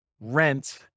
Rent